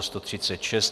136.